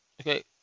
Okay